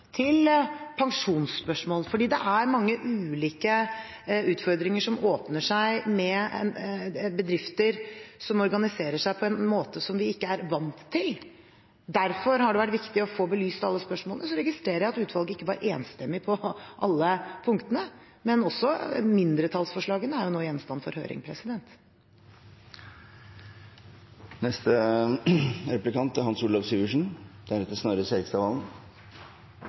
til pensjonsspørsmål – fordi det er mange ulike utfordringer som åpner seg med bedrifter som organiserer seg på en måte som vi ikke er vant til. Derfor har det vært viktig å få belyst alle spørsmålene. Så registrerer jeg at utvalget ikke var enstemmig på alle punktene, men også mindretallsforslagene er nå gjenstand for høring.